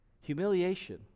Humiliation